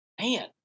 Man